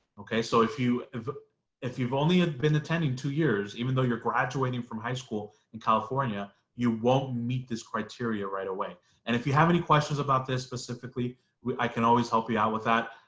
okay so if you if if you've only had been attending two years even though you're graduating from high school in california you won't meet this criteria right away and if you have any questions about this specifically i can always help you out with that,